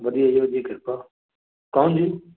ਵਧੀਆ ਜੀ ਵਧੀਆ ਕਿਰਪਾ ਕੌਣ ਜੀ